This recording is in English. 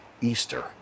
Easter